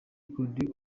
records